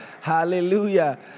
Hallelujah